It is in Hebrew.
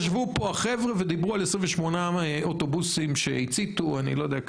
ישבו פה החבר'ה ודיברו על 28 אוטובוסים שהציתו וכולי.